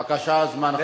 בבקשה, זמנך תם, אדוני.